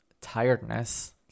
tiredness